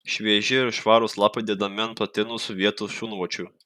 švieži ir švarūs lapai dedami ant patinusių vietų šunvočių